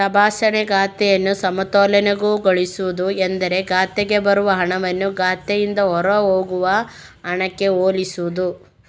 ತಪಾಸಣೆ ಖಾತೆಯನ್ನು ಸಮತೋಲನಗೊಳಿಸುವುದು ಎಂದರೆ ಖಾತೆಗೆ ಬರುವ ಹಣವನ್ನು ಖಾತೆಯಿಂದ ಹೊರಹೋಗುವ ಹಣಕ್ಕೆ ಹೋಲಿಸುವುದು